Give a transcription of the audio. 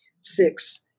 Six